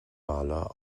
maler